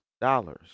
dollars